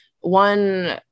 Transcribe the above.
one